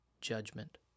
judgment